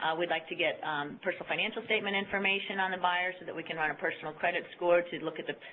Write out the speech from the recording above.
we like to get personal financial statement information on the buyer so that we can run a personal credit score to look at the